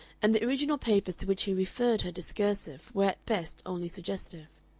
and the original papers to which he referred her discursive were at best only suggestive.